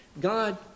God